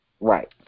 Right